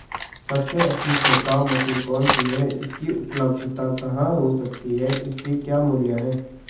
सबसे अच्छी छिड़काव मशीन कौन सी है इसकी उपलधता कहाँ हो सकती है इसके क्या मूल्य हैं?